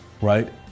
right